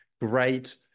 great